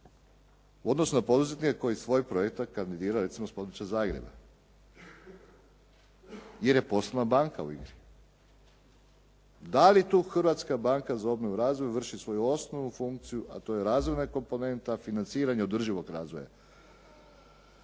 odnosu na poduzetnika koji svoje projekte kandidira recimo iz područja Zagreba, jer je poslovna banka u igri? Da li tu Hrvatska banka za obnovu i razvoj vrši svoju osnovnu funkciju, a to je razvojna komponenta, financiranje održivog razvoja?